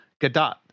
Gadot